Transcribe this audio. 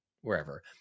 wherever